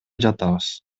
жатабыз